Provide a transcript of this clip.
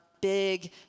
big